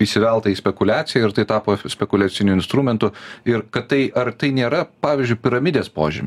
įsivelta į spekuliaciją ir tai tapo spekuliaciniu instrumentu ir kad tai ar tai nėra pavyzdžiui piramidės požymių